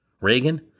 Reagan